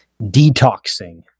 Detoxing